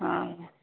हा